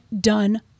done